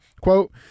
Quote